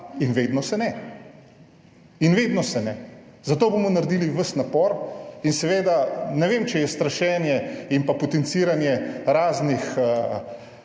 in vedno se ne in vedno se ne. Zato bomo naredili ves napor in seveda, ne vem, če je strašenje in pa potenciranje raznih